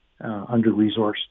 under-resourced